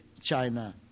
China